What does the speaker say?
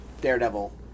Daredevil